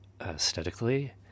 aesthetically